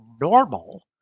normal